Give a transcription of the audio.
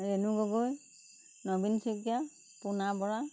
renew Gogoi Nabin Saikia Pona Bora